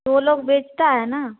वो लोग बेचता है न